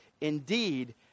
indeed